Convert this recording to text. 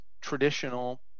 traditional